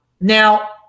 Now